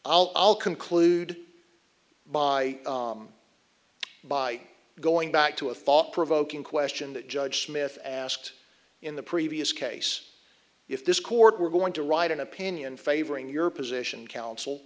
martina's i'll conclude by by going back to a thought provoking question that judge smith asked in the previous case if this court were going to write an opinion favoring your position counsel